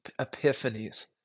epiphanies